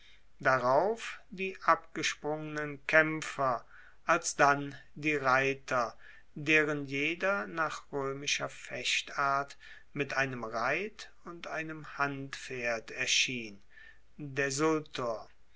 darauf die abgesprungenen kaempfer alsdann die reiter deren jeder nach roemischer fechtart mit einem reit und einem handpferd erschien desultor